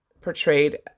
portrayed